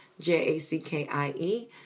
J-A-C-K-I-E